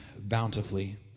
bountifully